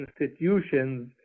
institutions